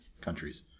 countries